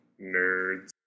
nerds